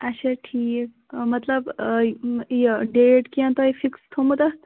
اَچھا ٹھیٖک مطلب یہِ ڈیٹ کیٚنٛہہ تۅہہِ فِکٕس تھوٚمُت اَتھ